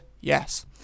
yes